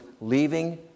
leaving